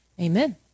Amen